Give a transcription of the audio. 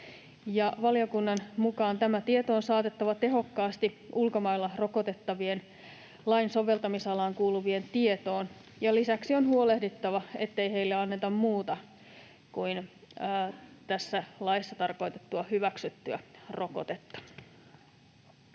Valiokunnan mukaan tämä tieto on saatettava tehokkaasti ulkomailla rokotettavien, lain soveltamisalaan kuuluvien tietoon ja lisäksi on huolehdittava, ettei heille anneta muuta kuin tässä laissa tarkoitettua hyväksyttyä rokotetta.